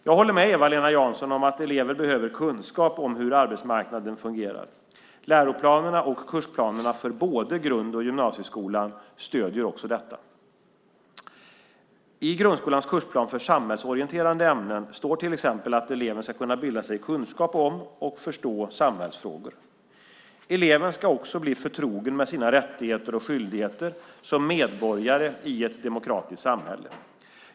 Jag håller med Eva-Lena Jansson om att elever behöver kunskap om hur arbetsmarknaden fungerar. Läroplanerna och kursplanerna för både grund och gymnasieskolan stöder också detta. I grundskolans kursplan för samhällsorienterande ämnen står till exempel att eleven ska kunna bilda sig kunskap om och förstå samhällsfrågor. Eleven ska också bli förtrogen med sina rättigheter och skyldigheter som medborgare i ett demokratiskt samhälle.